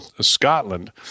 Scotland